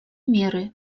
меры